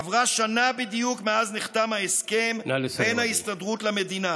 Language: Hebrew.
עברה שנה בדיוק מאז נחתם ההסכם בין ההסתדרות למדינה